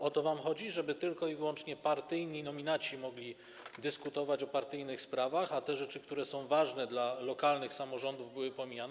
O to wam chodzi, żeby tylko i wyłącznie partyjni nominaci mogli dyskutować o partyjnych sprawach, a te rzeczy, które są ważne dla lokalnych samorządów, były pomijane?